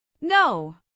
No